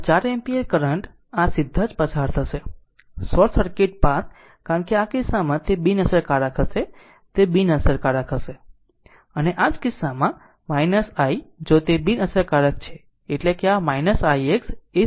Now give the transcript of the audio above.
તેથી આ 4 ampere current આ સીધા જ પસાર થશે શોર્ટ સર્કિટ પાથ કારણ કે આ કિસ્સામાં તે બિનઅસરકારક હશે તે બિનઅસરકારક રહેશે અને આ તે જ કિસ્સામાં i જો તે બિનઅસરકારક છે એટલે આ - ix એ 0 હશે